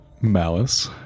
Malice